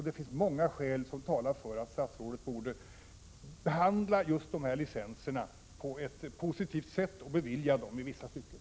Det finns många skäl som talar för att statsrådet borde behandla dessa licenser på ett positivt sätt och bevilja dem i vissa stycken.